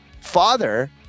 father